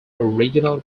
original